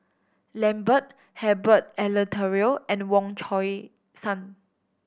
Lambert Herbert Eleuterio and Wong Chong Sai